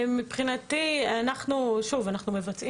בוודאי רוצים